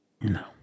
No